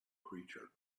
creature